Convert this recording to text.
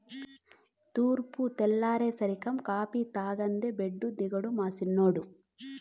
తూర్పు తెల్లారేసరికం కాఫీ తాగందే బెడ్డు దిగడు మా సిన్నోడు